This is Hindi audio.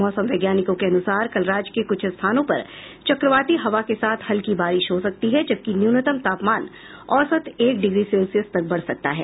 मौसम वैज्ञानिकों के अनुसार कल राज्य के कुछ स्थानों पर चक्रवाती हवा के साथ हल्की बारिश हो सकती है जबकि न्यूनतम तापमान औसत एक डिग्री सेल्सियस तक बढ़ सकता है